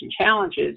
challenges